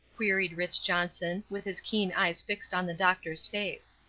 queried rich. johnson, with his keen eyes fixed on the doctor's face.